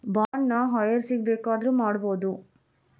Bond ನ ಯಾರ್ಹೆಸ್ರಿಗ್ ಬೆಕಾದ್ರುಮಾಡ್ಬೊದು?